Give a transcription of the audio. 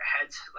heads